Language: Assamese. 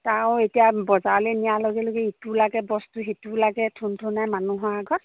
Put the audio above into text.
তাইও এতিয়া বজাৰলৈ নিয়াৰ লগে লগে ইটো লাগে বস্তু সিটো লাগে থুন থুনায় মানুহৰ আগত